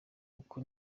uku